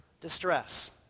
distress